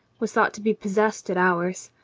was thought to be possessed at hours.